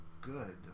good